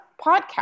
podcast